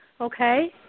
Okay